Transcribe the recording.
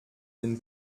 den